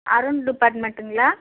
Arun டிபார்ட்மெண்ட்டுங்களா